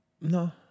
No